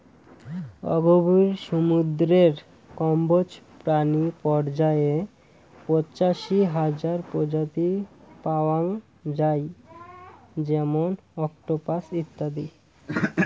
অগভীর সমুদ্রের কম্বোজ প্রাণী পর্যায়ে পঁচাশি হাজার প্রজাতি পাওয়াং যাই যেমন অক্টোপাস ইত্যাদি